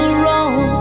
wrong